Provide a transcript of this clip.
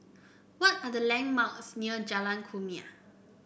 what are the landmarks near Jalan Kumia